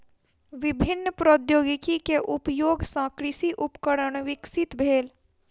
विभिन्न प्रौद्योगिकी के उपयोग सॅ कृषि उपकरण विकसित भेल